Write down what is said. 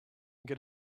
get